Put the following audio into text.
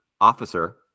officer